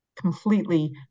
completely